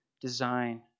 design